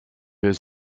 his